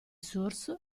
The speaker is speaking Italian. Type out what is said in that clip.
source